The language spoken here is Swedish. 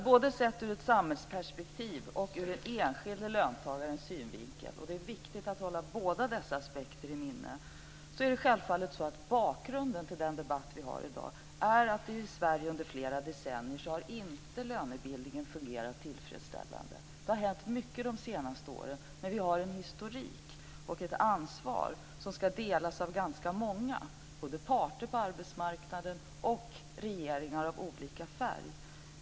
Både sett ur ett samhällsperspektiv och ur den enskilde löntagarens synvinkel, och det är viktigt att hålla båda dessa aspekter i minnet, är självfallet bakgrunden till den debatt vi har i dag att lönebildningen i Sverige inte har fungerat tillfredsställande under flera decennier. Det har hänt mycket de senaste åren, men vi har en historia och ett ansvar som ska delas av ganska många, både parterna på arbetsmarknaden och regeringar av olika färg.